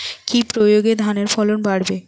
কি প্রয়গে ধানের ফলন বাড়বে?